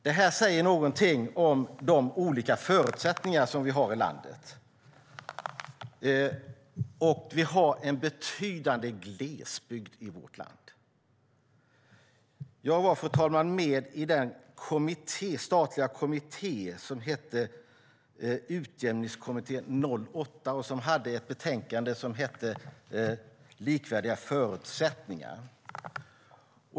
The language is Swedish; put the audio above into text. Det här säger någonting om de olika förutsättningar som vi har i landet. Vi har en betydande glesbygd i vårt land. Jag var, fru talman, med i den statliga kommitté som hette Utjämningskommittén 08 och som lämnade betänkandet Likvärdiga förutsättningar .